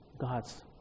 God's